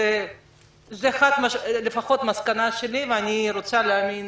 זו לפחות המסקנה שלי ואני רוצה להאמין